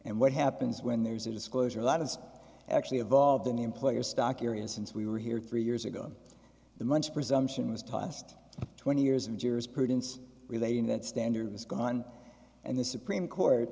and what happens when there's a disclosure a lot of actually evolved in the employer's stock area since we were here three years ago the much presumption was tossed twenty years of jurisprudence relating that standard was gone and the supreme court